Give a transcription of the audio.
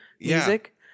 music